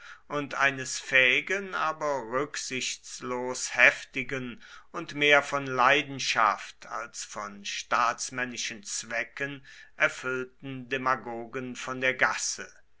und eines fähigen aber rücksichtslos heftigen und mehr von leidenschaft als von staatsmännischen zwecken erfüllten demagogen von der gasse